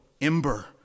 ember